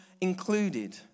included